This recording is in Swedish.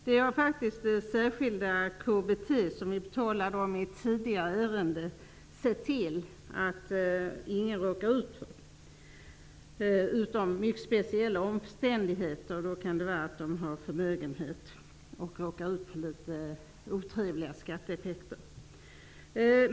Det är faktiskt genom det särskilda KBT som vi i tidigare ärende talade om som man har sett till att ingen råkar ut för något sådant, utom när mycket speciella omständigheter föreligger -- t.ex. om någon har en förmögenhet och därför råkar ut för litet otrevliga skatteeffekter.